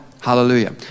Hallelujah